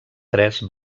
tres